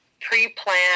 pre-plan